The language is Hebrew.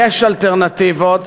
יש אלטרנטיבות,